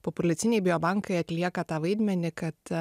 populiaciniai biobankai atlieka tą vaidmenį kad